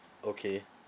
okay